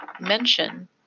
mention